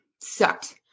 sucked